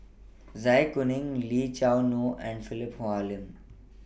Zai Kuning Lee Choo Neo and Philip Hoalim